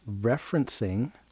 referencing